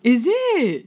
is it